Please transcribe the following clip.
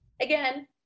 again